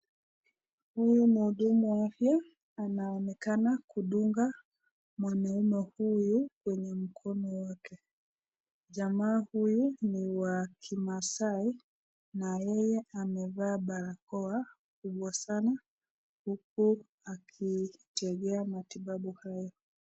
Huyu mhudumu wa afya anaonekana kudunga mwanaume huyu kwenye mkono wake, jamaa huyu ni wa kimaasai na yeye amevaa barakoa kubwa sana huku akitegea matibabu haya.